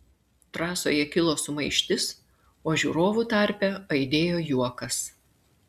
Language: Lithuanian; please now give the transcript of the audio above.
trasoje kilo sumaištis o žiūrovų tarpe aidėjo juokas